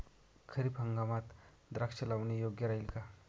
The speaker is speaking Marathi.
खरीप हंगामात द्राक्षे लावणे योग्य राहिल का?